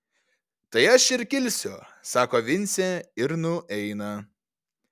tai aš ir kilsiu sako vincė ir nueina